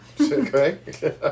Okay